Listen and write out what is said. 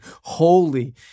Holy